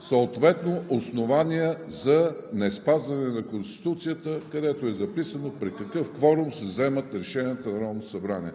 съответно – основания за неспазване на Конституцията, където е записано при какъв кворум се вземат решенията в Народното събрание.